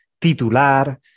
titular